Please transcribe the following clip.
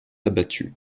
abattu